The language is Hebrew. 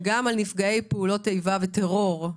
גם על נפגעי פעולות איבה וטרור?